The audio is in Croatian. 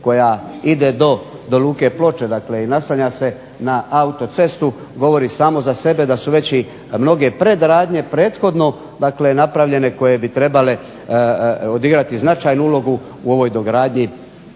koja ide do Luke Ploče i naslanja se na autocestu, govori samo za sebe da su već i mnoge predradnje prethodno napravljene koje bi trebale odigrati značajnu ulogu u ovoj dogradnji